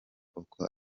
uko